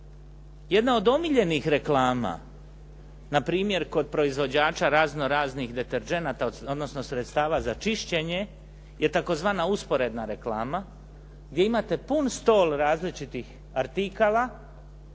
Jedna od omiljenih reklama npr. kod proizvođača razno raznih deterdženata, odnosno sredstava za čišćenje, je tzv. usporedna reklama, gdje imate pun stol različitih artikala